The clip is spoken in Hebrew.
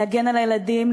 להגן על הילדים,